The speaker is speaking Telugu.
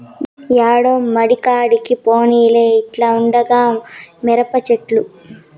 యాడో మడికాడికి పోనేలే ఇంట్ల ఉండాయిగా మిరపచెట్లు